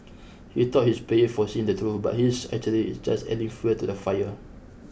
he thought he's brave for saying the truth but he's actually is just adding fuel to the fire